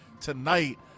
tonight